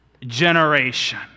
generation